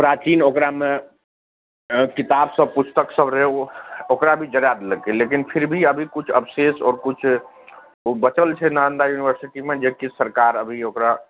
प्राचीन ओकरामे हँ किताब सब पुस्तक सब रहय ओ ओकरा भी जराय देलकय लेकिन फिर भी अभी किछु अवशेष आओर किछु ओ बचल छै नालन्दा यूनिवर्सिटीमे जेकि सरकार अभी ओकरा